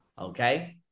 Okay